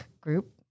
group